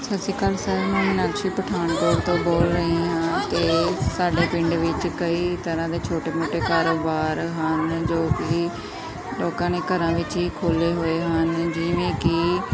ਸਤਿ ਸ਼੍ਰੀ ਅਕਾਲ ਸਾਰਿਆਂ ਨੂੰ ਮੈਂ ਮਿਨਾਕਸ਼ੀ ਪਠਾਨਕੋਟ ਤੋਂ ਬੋਲ ਰਹੀ ਹਾਂ ਕਿ ਸਾਡੇ ਪਿੰਡ ਵਿੱਚ ਕਈ ਤਰ੍ਹਾਂ ਦੇ ਛੋਟੇ ਮੋਟੇ ਕਾਰੋਬਾਰ ਹਨ ਜੋ ਕਿ ਲੋਕਾਂ ਨੇ ਘਰਾਂ ਵਿੱਚ ਹੀ ਖੋਲ੍ਹੇ ਹੋਏ ਹਨ ਜਿਵੇਂ ਕਿ